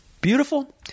Beautiful